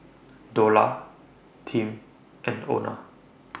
Dola Tim and Ona